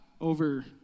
over